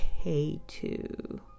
K2